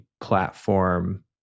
platform